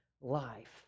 life